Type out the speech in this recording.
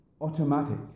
automatic